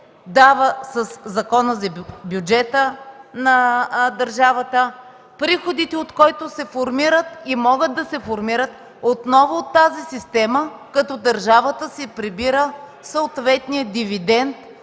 дава със Закона за бюджета на държавата, приходите от който се формират и могат да се формират отново от тази система, като държавата си прибира съответния дивидент